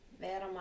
Vera